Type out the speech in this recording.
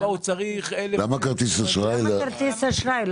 למה כרטיס אשראי?